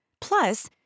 Plus